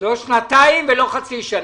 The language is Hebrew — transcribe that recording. לא שנתיים ולא חצי שנה.